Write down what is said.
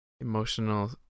emotional